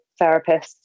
therapists